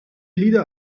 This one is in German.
lieder